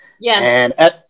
Yes